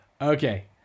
okay